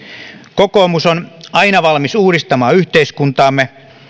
kokoomus on aina valmis uudistamaan yhteiskuntaamme